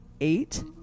Eight